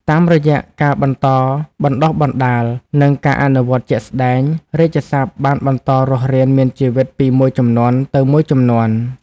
តាមរយៈការបន្តបណ្តុះបណ្តាល និងការអនុវត្តជាក់ស្តែង រាជសព្ទបានបន្តរស់រានមានជីវិតពីមួយជំនាន់ទៅមួយជំនាន់។